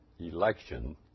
Election